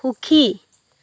সুখী